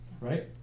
right